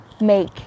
make